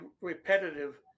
repetitive